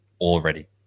already